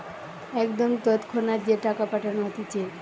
একদম তৎক্ষণাৎ যে টাকা পাঠানো হতিছে